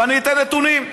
ואני אתן נתונים.